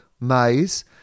Maze